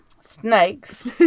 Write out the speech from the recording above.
snakes